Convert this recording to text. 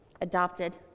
adopted